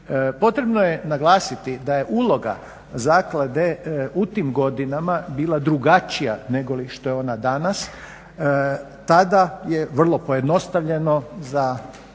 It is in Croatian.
Potrebno je naglasiti da je uloga zaklade u tim godinama bila drugačija nego što je ona danas. Tada je vrlo pojednostavljeno za